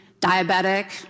diabetic